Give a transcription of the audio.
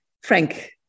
Frank